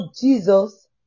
Jesus